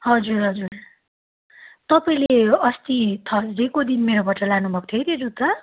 हजुर हजुर तपाईँले हो अस्ति थर्सडेको दिन मेरोबाट लानु भएको थियो है त्यो जुत्ता